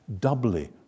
doubly